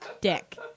dick